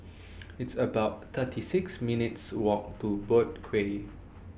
It's about thirty six minutes' Walk to Boat Quay